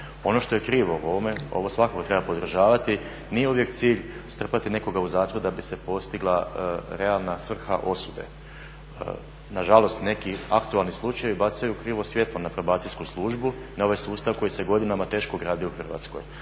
Ono što je krivo u ovome ovo svakako treba podržavati. Nije uvijek cilj strpati nekoga u zatvor da bi se postigla realna svrha osude. Na žalost neki aktualni slučajevi bacaju krivo svjetlo na probacijsku službu, na ovaj sustav koji se godinama teško gradi u Hrvatskoj.